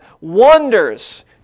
wonders